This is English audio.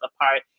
apart